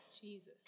Jesus